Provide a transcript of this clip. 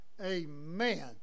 Amen